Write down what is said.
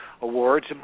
awards